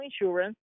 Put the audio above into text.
insurance